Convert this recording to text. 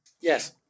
Yes